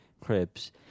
cribs